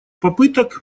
попыток